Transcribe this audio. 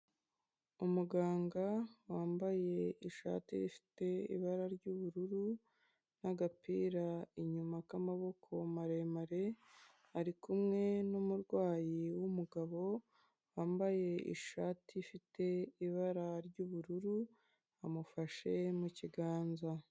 Umuganga wambaye ishati ifite ibara ry'ubururu n'agapira inyuma k'amaboko maremare, ari kumwe n'umurwayi w'umugabo wambaye ishati ifite ibara ry'ubururu, amufashe mu kiganza.